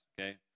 okay